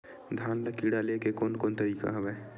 धान ल कीड़ा ले के कोन कोन तरीका हवय?